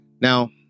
Now